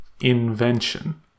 invention